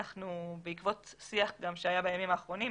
גם בעקבות שיח שהיה בימים האחרונים,